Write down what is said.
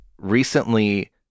Recently